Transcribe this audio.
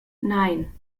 nein